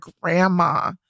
grandma